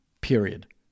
period